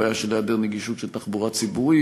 בעיה של היעדר נגישות של תחבורה ציבורית.